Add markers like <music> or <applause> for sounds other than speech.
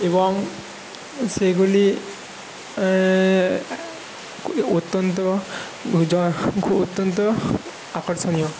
এবং সেগুলি অত্যন্ত <unintelligible> অত্যন্ত আকর্ষণীয়